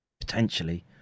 potentially